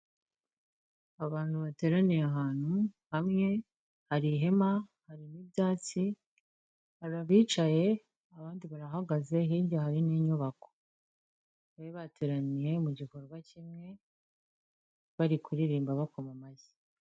Abantu bateraniye ahantu hamwe hari ihema harimo ibyatsi hari abicaye abandi barahagaze hirya hari n'inyubako, bari bateraniye mu gikorwa kimwe bari kuririmba bakoma amashyi.